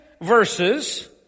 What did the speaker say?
verses